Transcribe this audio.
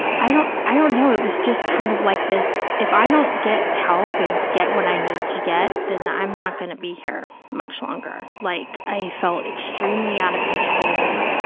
i don't i don't know, it was just kind of like this, if i don't get help and get what i need to get, then i'm not going to be here much longer. like, i felt extremely out of control,